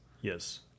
Yes